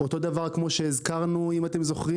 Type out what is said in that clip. אותו דבר כמו שהזכרנו אם אתם זוכרים